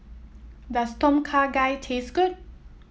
does Tom Kha Gai taste good